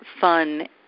fun